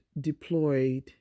deployed